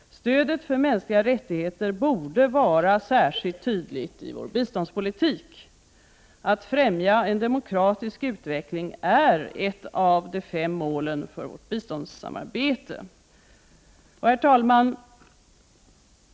Stödet för mänskliga rättigheter borde vara särskilt tydligt i vår biståndspolitik. Att främja en demokratisk utveckling är ett av de fem målen för vårt biståndssamarbete. Herr talman!